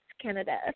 Canada